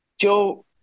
Joe